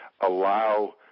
allow